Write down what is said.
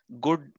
good